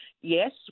Yes